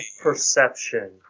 perception